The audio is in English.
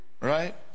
right